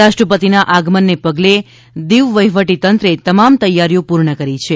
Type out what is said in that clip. રાષ્ટ્રપતિના આગમનને પગલે દીવ વહીવટીતંત્રે તમામ તૈયારીઓ પૂર્ણ કરી છે